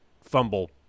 fumble